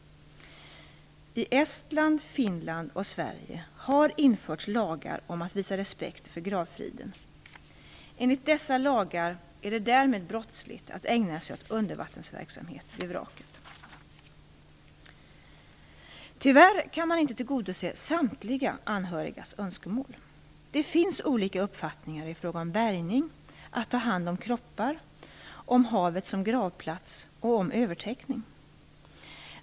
I Estland, Finland och Sverige har införts lagar om att visa respekt för gravfriden. Enligt dessa lagar är det därmed brottsligt att ägna sig åt undervattensverksamhet vid vraket. Tyvärr kan man inte tillgodose samtliga anhörigas önskemål. Det finns olika uppfattningar i fråga om bärgning, att ta hand om kroppar, om havet som gravplats och om övertäckning.